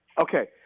Okay